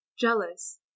jealous